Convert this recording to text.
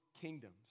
kingdoms